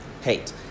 hate